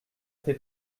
fait